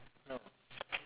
oh